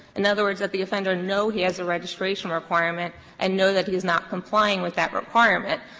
in other words, that the offender know he has a registration requirement and know that he is not complying with that requirement.